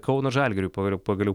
kauno žalgiriui pagaliau pagaliau